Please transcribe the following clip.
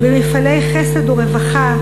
במפעלי חסד ורווחה,